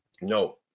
No